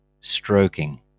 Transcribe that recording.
stroking